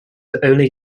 only